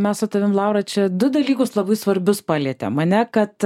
mes su tavim laura čia du dalykus labai svarbius palietėm ane kad